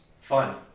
fun